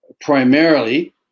primarily